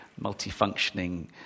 multifunctioning